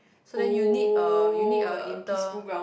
so then you need a you need a inter